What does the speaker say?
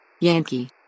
Yankee